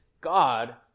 God